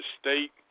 state